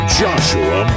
joshua